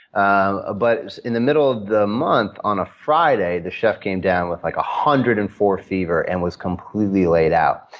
um ah but in the middle of the month, on a friday, the chef came down with like a one hundred and four fever and was completely laid out.